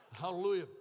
Hallelujah